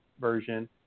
version